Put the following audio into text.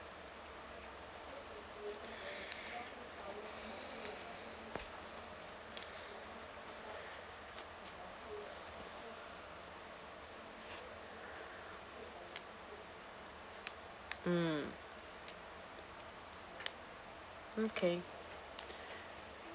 mm okay